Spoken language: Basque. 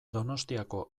donostiako